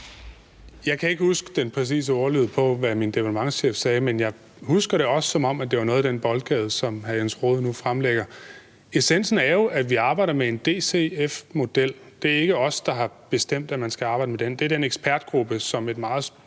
Jeg kan ikke huske den præcise ordlyd af, hvad min departementschef sagde, men jeg husker det også, som om det var noget i den boldgade, som hr. Jens Rohde nu fremlægger. Essensen er jo, at vi arbejder med en DCF-model. Det er ikke os, der har bestemt, at man skal arbejde med den; det er den ekspertgruppe, som alle partier